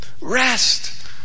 Rest